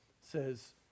says